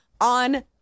on